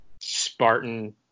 Spartan